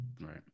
Right